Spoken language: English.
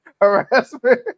harassment